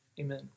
Amen